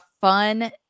fun